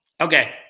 Okay